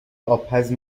آبپز